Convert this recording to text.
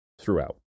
throughout